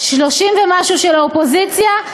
30 ומשהו של האופוזיציה.